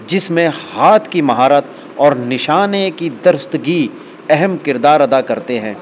جس میں ہاتھ کی مہارت اور نشانے کی درستگی اہم کردار ادا کرتے ہیں